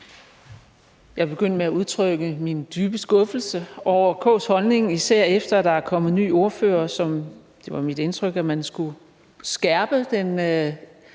vil begynde med at udtrykke min dybe skuffelse over De Konservatives holdning, især nu, hvor der er kommet en ny ordfører. Det var mit indtryk, at man skulle skærpe den